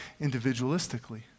individualistically